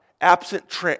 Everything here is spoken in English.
absent